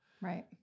Right